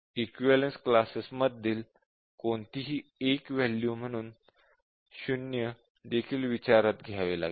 equivalence classes मधील कोणतीही एक वॅल्यू म्हणून 0 देखील विचारात घ्यावी लागेल